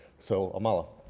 so amala.